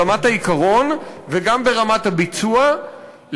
ברמת העיקרון וגם ברמת הביצוע,